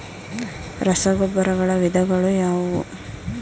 ರಸಗೊಬ್ಬರಗಳ ವಿಧಗಳು ಯಾವುವು?